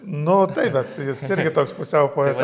nu taip bet jis irgi toks pusiau poetas